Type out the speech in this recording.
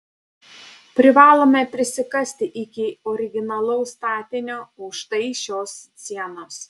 privalome prisikasti iki originalaus statinio už štai šios sienos